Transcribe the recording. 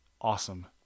awesome